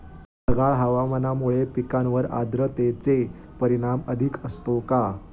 ढगाळ हवामानामुळे पिकांवर आर्द्रतेचे परिणाम अधिक असतो का?